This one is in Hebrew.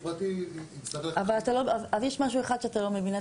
יש משהו אחד שאתה לא מבין.